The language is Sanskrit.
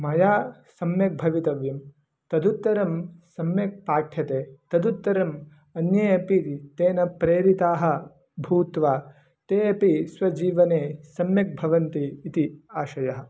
मया सम्यक् भवितव्यं तदुत्तरं सम्यक् पाठ्यते तदुत्तरम् अन्ये अपि तेन प्रेरिताः भूत्वा ते अपि स्वजीवने सम्यक् भवन्ति इति आशयः